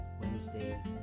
Wednesday